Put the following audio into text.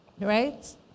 Right